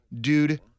Dude